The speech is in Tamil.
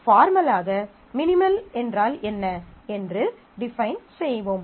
பார்மலாக மினிமல் என்றால் என்ன என்று டிஃபைன் செய்வோம்